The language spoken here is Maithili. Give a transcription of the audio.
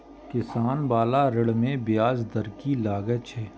किसान बाला ऋण में ब्याज दर कि लागै छै?